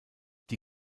die